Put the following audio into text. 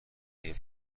این